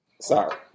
Sorry